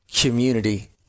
community